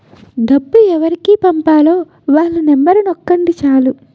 డబ్బు ఎవరికి పంపాలో వాళ్ళ నెంబరు నొక్కండి చాలు